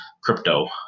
crypto